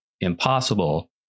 impossible